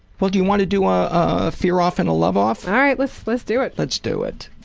well do you want to do ah a fear-off and a love-off? all right, let's let's do it. let's do it.